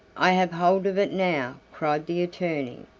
i have hold of it now, cried the attorney.